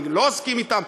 אני לא אסכים אתם,